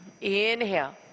inhale